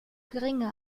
geringe